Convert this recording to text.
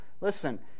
listen